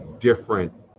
different